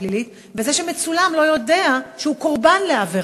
פלילית וזה שמצולם לא יודע שהוא קורבן לעבירה.